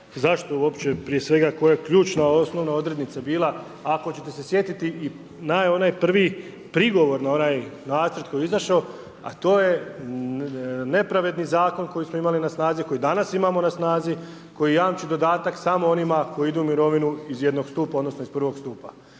zašto uopće prije svega, koja je ključna odrednica bila, ako ćete se sjetiti i na onaj prvi prigovor na onaj nacrt koji je izašao, a to je nepravedni zakon koji ste imali na snazi, koji danas imamo na snazi, koji jamči dodatak samo onima koji idu u mirovinu iz 1 stupa, odnosno iz 1 stupa.